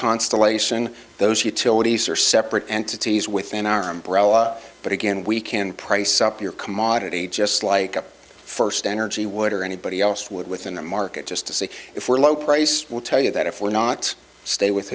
constellation those utilities are separate entities within arm's broa but again we can price up your commodity just like a first energy would or anybody else would within the market just to see if we're low priced will tell you that if we're not stay with